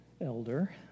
elder